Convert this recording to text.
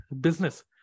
business